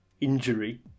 injury